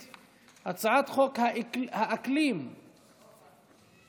שבעה חברי כנסת בעד, אין מתנגדים ונמנעים.